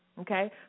Okay